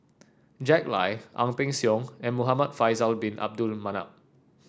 Jack Lai Ang Peng Siong and Muhamad Faisal Bin Abdul Manap